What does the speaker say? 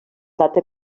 data